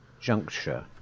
Juncture